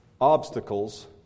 obstacles